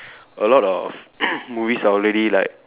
a lot of movies are already like